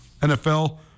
NFL